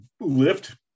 lift